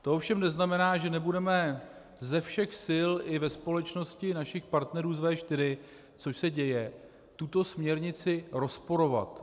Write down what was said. To ovšem neznamená, že nebudeme ze všech sil i ve společnosti našich partnerů z V4, což se děje, tuto směrnici rozporovat.